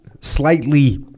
slightly